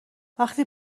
وقتی